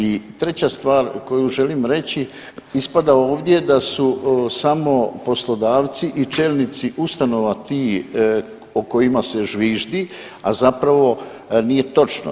I treća stvar koju želim reći ispada ovdje da su samo poslodavci i čelnici ustanova ti o kojima se zviždi, a zapravo nije točno.